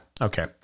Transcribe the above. okay